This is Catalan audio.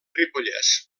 ripollès